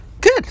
Good